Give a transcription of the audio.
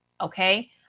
okay